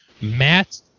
Matt